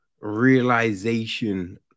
realization